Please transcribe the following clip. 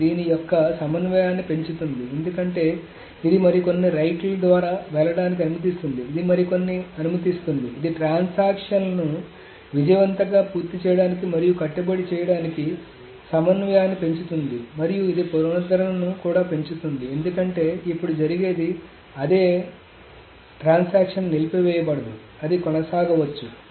ఇది దీని యొక్క సమన్వయాన్ని పెంచుతుంది ఎందుకంటే ఇది మరికొన్ని రైట్ ల ద్వారా వెళ్లడానికి అనుమతిస్తుంది ఇది మరికొన్ని అనుమతిస్తుంది ఇది ట్రాన్సాక్షన్ లను విజయవంతంగా పూర్తి చేయడానికి మరియు కట్టుబడి చేయడానికి సమన్వయాన్ని పెంచుతుంది మరియు ఇది పునరుద్ధరణను కూడా పెంచుతుంది ఎందుకంటే ఇప్పుడు జరిగేది ఇదే ట్రాన్సాక్షన్ నిలిపివేయబడదు అది కొనసాగవచ్చు